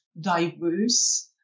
diverse